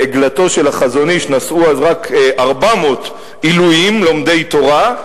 בעגלתו של החזון-אי"ש נסעו אז רק 400 עילויים לומדי תורה,